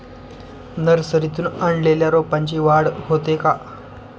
नर्सरीतून आणलेल्या रोपाची वाढ होते का?